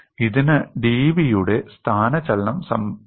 ഇതിന് dv യുടെ സ്ഥാനചലനം സംഭവിച്ചു